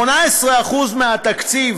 18% מהתקציב,